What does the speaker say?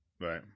Right